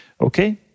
Okay